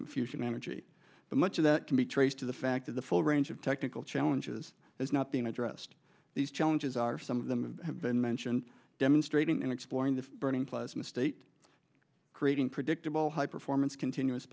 of fusion energy but much of that can be traced to the fact of the full range of technical challenges is not being addressed these challenges are some of them have been mentioned demonstrating in exploring the burning plasma state creating predictable high performance continuous